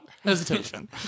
hesitation